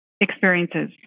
experiences